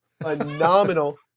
phenomenal